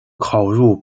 考入